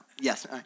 yes